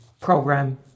program